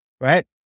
right